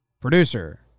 producer